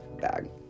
bag